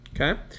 Okay